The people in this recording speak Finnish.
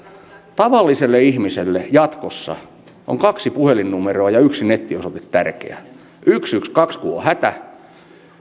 tavalliselle ihmiselle jatkossa on kaksi puhelinnumeroa ja yksi nettiosoite tärkeä satakaksitoista kun on hätä